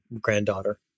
granddaughter